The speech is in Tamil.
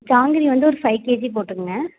ஜாங்கிரி வந்து ஒரு ஃபைவ் கேஜி போட்டுக்கொங்க